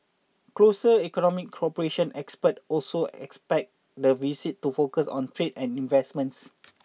closer economic cooperation experts also expect the visit to focus on trade and investments